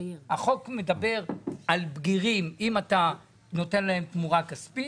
החוק מדבר על בגירים, אם אתה נותן להם תמורה כספית